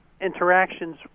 interactions